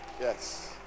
yes